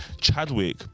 Chadwick